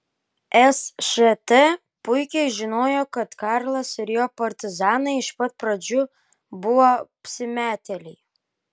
sžt puikiai žinojo kad karlas ir jo partizanai iš pat pradžių buvo apsimetėliai